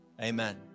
amen